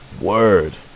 Word